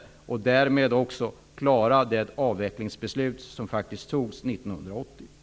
Därmed klarar vi också att genomföra det avvecklingsbeslut som faktiskt fattades 1980.